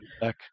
back